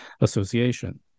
association